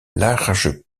large